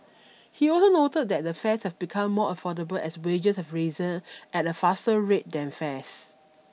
he also noted that the fares have become more affordable as wages have risen at a faster rate than fares